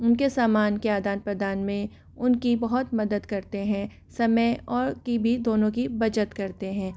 उनके सामान के आदान प्रदान में उनकी बहुत मदद करते हैं समय और की भी दोनों की भी बचत करते हैं